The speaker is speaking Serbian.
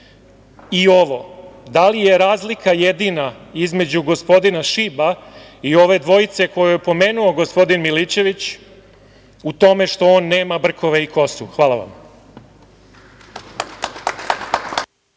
i ovo – da li je razlika jedina između gospodina Šiba i ove dvojice koje je pomenuo gospodin Milićević u tome što on nema brkove i kosu? Hvala vam.